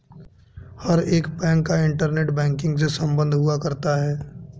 हर एक बैंक का internet banking से सम्बन्ध हुआ करता है